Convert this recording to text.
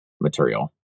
material